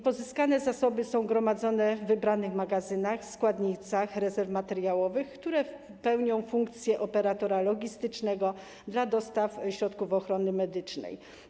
Pozyskane zasoby są gromadzone w wybranych magazynach, składnicach rezerw materiałowych, które pełnią funkcję operatora logistycznego dla dostaw środków ochrony medycznej.